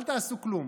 אל תעשו כלום,